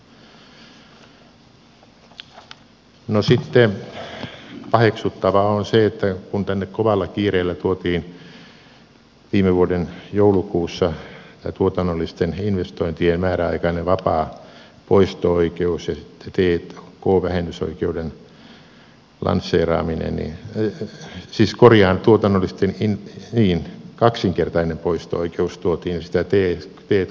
sitten paheksuttavaa on se että kun tänne kovalla kiireellä tuotiin viime vuoden joulukuussa tuotannollisten investointien kaksinkertainen poisto oikeus ja sitten t k vähennysoikeuden lanseeraaminen niin ei siis korjaantuu torstaihin eli kaksinkertainen poisto oikeus tuotiin sitä ettei pienet